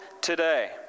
today